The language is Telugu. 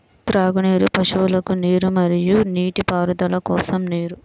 త్రాగునీరు, పశువులకు నీరు మరియు నీటిపారుదల కోసం నీరు